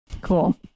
Cool